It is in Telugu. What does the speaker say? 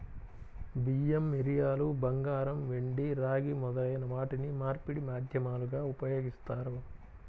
బియ్యం, మిరియాలు, బంగారం, వెండి, రాగి మొదలైన వాటిని మార్పిడి మాధ్యమాలుగా ఉపయోగిస్తారు